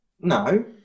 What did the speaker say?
No